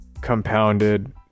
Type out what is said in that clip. compounded